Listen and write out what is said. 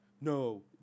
no